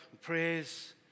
prayers